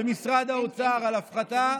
על הפחתה,